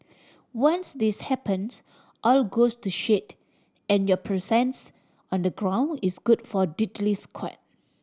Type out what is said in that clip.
once this happens all goes to shit and your presence on the ground is good for diddly squat